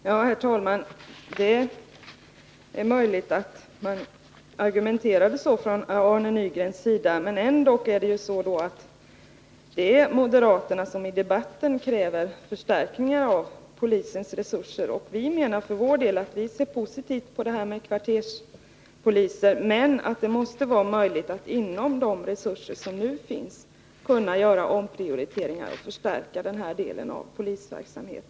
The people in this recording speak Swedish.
Herr talman! Det är möjligt att Arne Nygren argumenterade så, men det är likväl moderaterna som i debatten kräver förstärkningar av polisens resurser. Vi i vänsterpartiet kommunisterna ser positivt på detta med kvarterspoliser, men vi anser att det måste vara möjligt att inom de resurser som nu finns göra omprioriteringar och förstärka den här delen av polisens verksamhet.